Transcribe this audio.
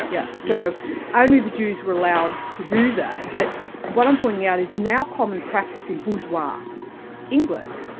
yes. so only the jews were allowed to do that, but what i'm pointing out is now common practice in bourgeois england.